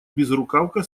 безрукавка